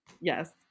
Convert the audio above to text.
Yes